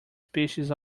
species